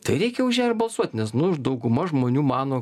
tai reikia už ją ir balsuot nes nu dauguma žmonių mano